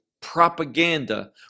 propaganda